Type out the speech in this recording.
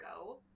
go